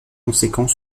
conséquent